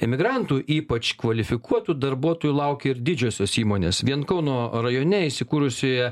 emigrantų ypač kvalifikuotų darbuotojų laukia ir didžiosios įmonės vien kauno rajone įsikūrusioje